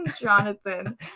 Jonathan